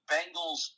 Bengals